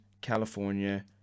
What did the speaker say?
california